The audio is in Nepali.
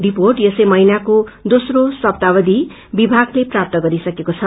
रिर्पोट यसै महीनाको दोस्रो सप्ताह अवधि विभाग्ले प्राप्त गरिसकेको छ